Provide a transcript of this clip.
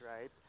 Right